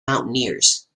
mountaineers